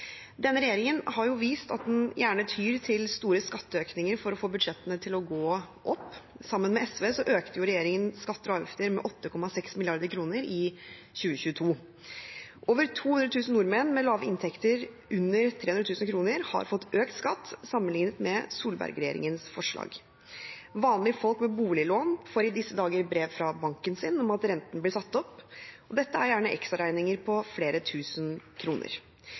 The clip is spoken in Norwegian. Denne regjeringen har vist at den gjerne tyr til store skatteøkninger for å få budsjettene til å gå opp. Sammen med SV økte regjeringen skatter og avgifter med 8,6 mrd. kr i 2022. Over 200 000 nordmenn med lave inntekter under 300 000 kr har fått økt skatt sammenlignet med Solberg-regjeringens forslag. Vanlige folk med boliglån får i disse dager i brev fra banken sin om at renten blir satt opp. Dette er gjerne ekstraregninger på flere tusen kroner.